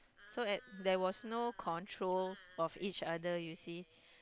so at there was no control of each other you see